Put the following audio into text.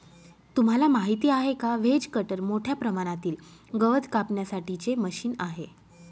तुम्हाला माहिती आहे का? व्हेज कटर मोठ्या प्रमाणातील गवत कापण्यासाठी चे मशीन आहे